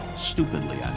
stupidly, i